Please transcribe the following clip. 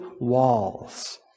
walls